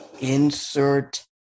insert